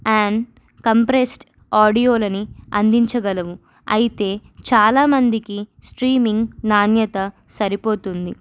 and compressed ఆడియోలని అందించగలవు అయితే చాలామందికి స్ట్రీమింగ్ నాణ్యత సరిపోతుంది